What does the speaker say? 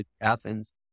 Athens